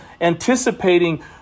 anticipating